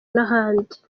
n’ahandi